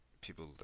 people